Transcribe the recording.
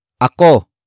Ako